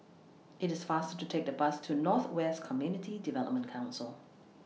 IT IS faster to Take The Bus to North West Community Development Council